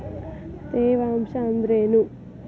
ತೇವಾಂಶ ಅಂದ್ರೇನು?